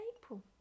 April